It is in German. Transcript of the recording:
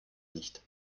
nicht